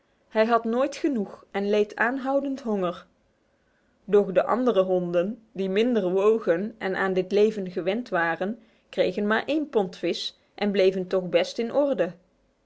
hij had nooit genoeg en leed aanhoudend honger doch de andere honden die minder wogen en aan dit leven gewend waren kregen maar één pond vis en bleven toch best in orde